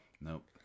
Nope